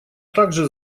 также